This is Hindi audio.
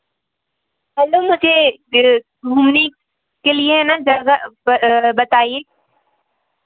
हलो मुझे दिल्ली घूमने के लिए है ना जगह बताइए